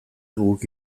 guk